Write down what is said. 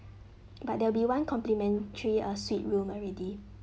but there will be one complementary uh suite room already